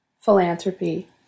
philanthropy